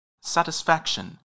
satisfaction